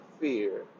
fear